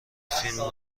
فیلم